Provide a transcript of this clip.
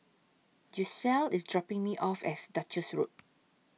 Gisselle IS dropping Me off At Duchess Road